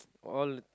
all